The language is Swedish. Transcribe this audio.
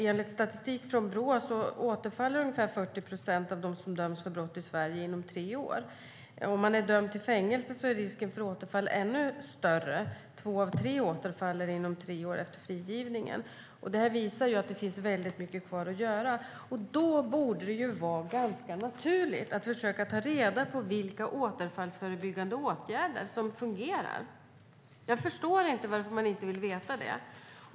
Enligt statistik från Brå återfaller ungefär 40 procent av dem som döms för brott i Sverige inom tre år. Om man är dömd till fängelse är risken för återfall ännu större; två av tre återfaller inom tre år efter frigivningen. Det här visar att det finns väldigt mycket kvar att göra. Då borde det vara ganska naturligt att försöka ta reda på vilka återfallsförebyggande åtgärder som fungerar. Jag förstår inte varför man inte vill veta det.